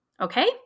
Okay